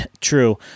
True